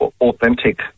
authentic